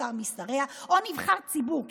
שר משריה או נבחר ציבור,